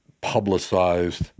publicized